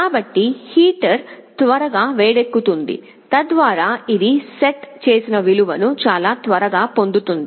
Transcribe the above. కాబట్టి హీటర్ త్వరగా వేడెక్కుతుంది తద్వారా ఇది సెట్ చేసిన విలువను చాలా త్వరగా పొందుతుంది